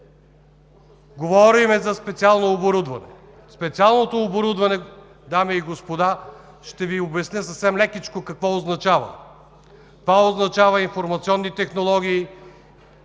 говорим за специално оборудване. Специалното оборудване, дами и господа, ще Ви обясня съвсем лекичко какво означава. Това означава информационни технологии,